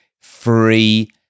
free